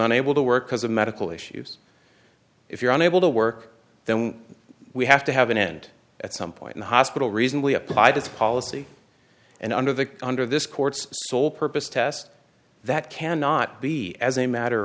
unable to work because of medical issues if you're unable to work then we have to have an end point in the hospital reasonably applied as policy and under the under this court's sole purpose test that cannot be as a matter